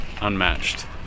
unmatched